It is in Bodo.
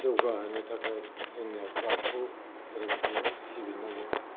जौगाहोनो थाखाय जोंनो बाथौ धोरोमखौनो सिबिनांगौ